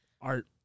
art